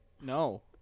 No